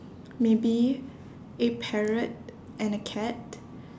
maybe a parrot and a cat